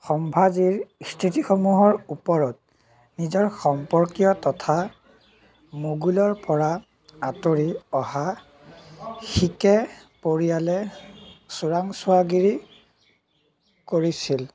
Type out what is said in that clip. সম্ভাজীৰ স্থিতিসমূহৰ ওপৰত নিজৰ সম্পৰ্কীয় তথা মোগলৰপৰা আঁতৰি অহা শিকে পৰিয়ালে চোৰাংচোৱাগিৰি কৰিছিল